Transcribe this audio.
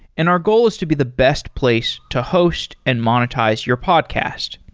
and our goal is to be the best place to host and monetize your podcast.